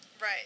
Right